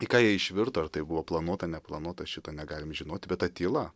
į ką jie išvirto ar tai buvo planuota neplanuota šito negalim žinoti bet ta tyla